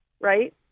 right